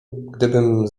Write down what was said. gdybym